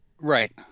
right